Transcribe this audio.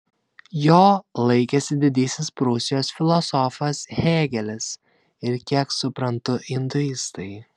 jo laikėsi didysis prūsijos filosofas hėgelis ir kiek suprantu induistai